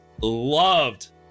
loved